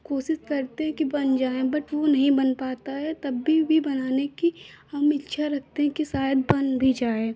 कोशिश करते हैं कि बन जाएँ बट वह नहीं बन पाता है तभी भी बनाने की हम इच्छा रखते हैं कि शायद बन भी जाए